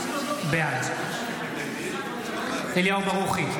בעד אליהו ברוכי,